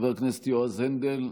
חבר הכנסת יועז הנדל,